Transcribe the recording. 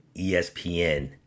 ESPN